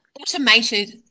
automated